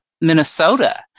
Minnesota